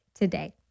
today